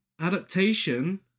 Adaptation